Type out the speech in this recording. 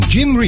Jim